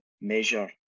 measure